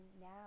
now